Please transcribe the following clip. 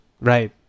right